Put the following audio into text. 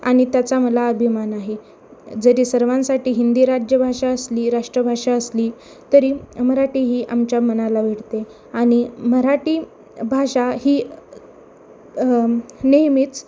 आणि त्याचा मला अभिमान आहे जरी सर्वांसाठी हिंदी राज्यभाषा असली राष्ट्रभाषा असली तरी मराठी ही आमच्या मनाला भिडते आणि मराठी भाषा ही नेहमीच